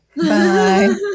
Bye